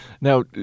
Now